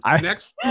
Next